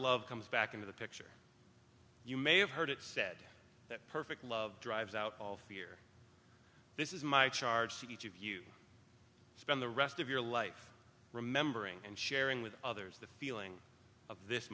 love comes back into the picture you may have heard it said that perfect love drives out all fear this is my charge to each of you spend the rest of your life remembering and sharing with others the feeling of this